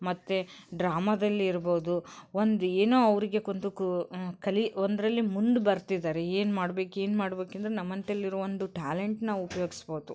ಮತ್ತು ಡ್ರಾಮದಲ್ಲಿರ್ಬೋದು ಒಂದು ಏನೋ ಅವ್ರಿಗೆ ಒಂದು ಕು ಕಲಿ ಒಂದರಲ್ಲಿ ಮುಂದೆ ಬರ್ತಿದ್ದಾರೆ ಏನು ಮಾಡ್ಬೇಕು ಏನು ಮಾಡ್ಬೇಕು ಅಂದರೆ ನಮ್ಮಂತಲ್ಲಿರೋ ಒಂದು ಟ್ಯಾಲೆಂಟನ್ನ ಉಪಯೋಗ್ಸ್ಬೌದು